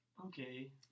Okay